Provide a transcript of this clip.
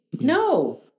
No